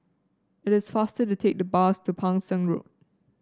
it is faster to take the bus to Pang Seng Road